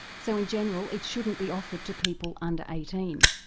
so in general it shouldn't be offered to people under eighteen,